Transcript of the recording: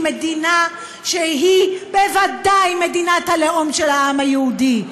היא מדינה שהיא בוודאי מדינת הלאום של העם היהודי.